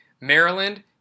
Maryland